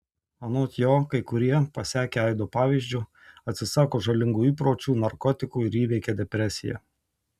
anot jo kai kurie pasekę aido pavyzdžiu atsisako žalingų įpročių narkotikų ir įveikia depresiją